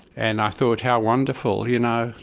and i thought how wonderful. you know,